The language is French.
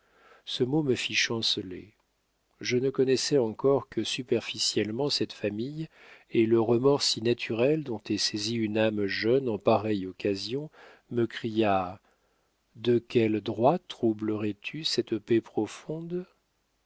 ce mot me fit chanceler je ne connaissais encore que superficiellement cette famille et le remords si naturel dont est saisie une âme jeune en pareille occasion me cria de quel droit troublerais tu cette paix profonde